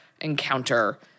encounter